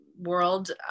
world